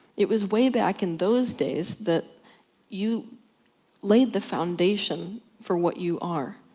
it was way back in those days, that you laid the foundation for what you are.